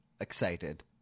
excited